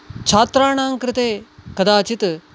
छात्राणां कृते कदाचित्